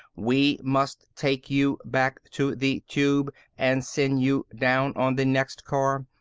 we must take you back to the tube and send you down on the next car.